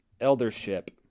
eldership